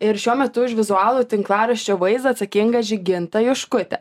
ir šiuo metu už vizualų tinklaraščio vaizdą atsakinga žyginta juškutė